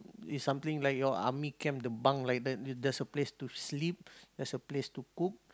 is something like your army camp the bunk like that theres a place to sleep theres a place to cook